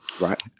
right